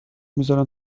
میذارن